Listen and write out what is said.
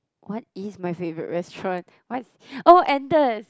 what is my favourite restaurant what oh Ander